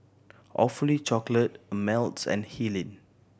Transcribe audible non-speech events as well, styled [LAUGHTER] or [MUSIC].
Awfully Chocolate Ameltz and [UNINTELLIGIBLE]